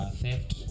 theft